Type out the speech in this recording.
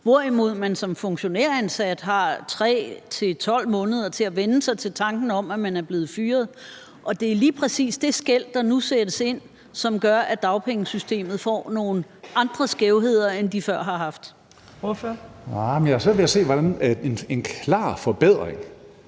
hvorimod man som funktionæransat har 3-12 måneder til at vænne sig til tanken om, at man er blevet fyret. Det er lige præcis det skel, der nu sættes ind, som gør, at dagpengesystemet får nogle andre skævheder, end det før har haft. Kl. 14:46 Tredje næstformand